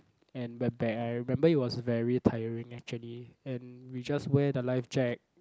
and went back I remember it was very tiring actually and we just wear the life jack